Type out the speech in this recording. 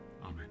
Amen